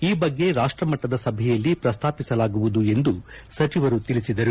ಈ ಬಗ್ಗೆ ರಾಷ್ವ ಮಟ್ಟದ ಸಭೆಯಲ್ಲಿ ಪ್ರಸ್ತಾಪಿಸಲಾಗುವುದು ಎಂದು ಸಚಿವರು ತಿಳಿಸಿದರು